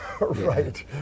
right